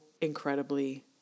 incredibly